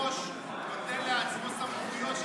שהיושב-ראש נוטל לעצמו סמכויות של